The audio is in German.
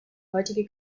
heutige